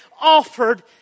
offered